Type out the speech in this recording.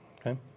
Okay